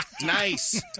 Nice